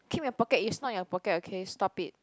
keep in your pocket it's not in your pocket okay stop it